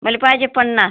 मला पाहिजे पन्नास